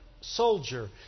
soldier